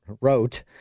wrote